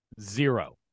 Zero